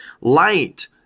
Light